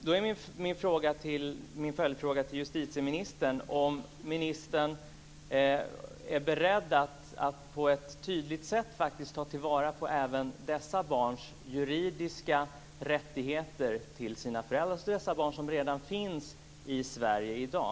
Då är min följdfråga till justitieministern om han är beredd att på ett tydligt sätt ta till vara även dessa barns juridiska rättigheter till sina föräldrar, alltså dessa barn som redan finns i Sverige i dag.